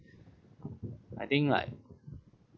I think like